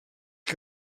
que